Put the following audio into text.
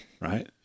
Right